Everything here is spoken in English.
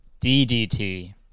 DDT